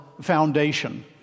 foundation